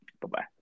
Bye-bye